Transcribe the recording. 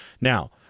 Now